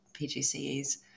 PGCEs